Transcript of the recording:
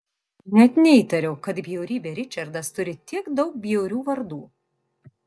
net neįtariau kad bjaurybė ričardas turi tiek daug bjaurių vardų